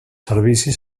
servicis